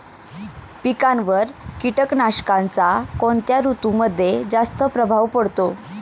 पिकांवर कीटकनाशकांचा कोणत्या ऋतूमध्ये जास्त प्रभाव पडतो?